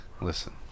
Listen